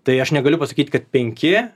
tai aš negaliu pasakyti kad penki